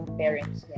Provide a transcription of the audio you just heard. parents